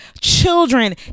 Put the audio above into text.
children